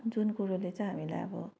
जुन कुरोले चाहिँ हामीलाई अब